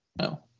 no